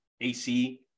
AC